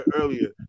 earlier